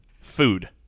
food